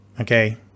Okay